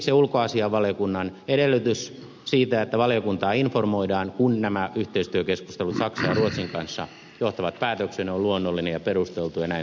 se ulkoasiainvaliokunnan edellytys siitä että valiokuntaa informoidaan kun nämä yhteistyökeskustelut saksan ja ruotsin kanssa johtavat päätökseen on luonnollinen ja perusteltu ja näin tulee tapahtumaan